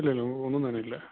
ഇല്ല ഇല്ല ഒന്നും തന്നിട്ടില്ല